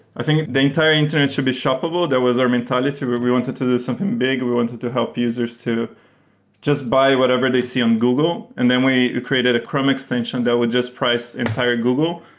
i think the entire internet should be shoppable. that was our mentality, where we wanted to do something big. we wanted to help users to just buy whatever they see on google. and then we created a chrome extension that would just price entire google.